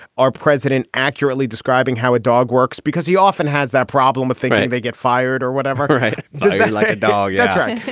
our president accurately describing how a dog works because he often has that problem of thinking they get fired or whatever. right just like a dog. that's right.